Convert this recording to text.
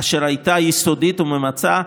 אשר הייתה יסודית וממצה,